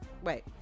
Wait